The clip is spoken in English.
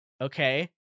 okay